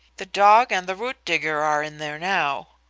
the dog and the root digger are in there now.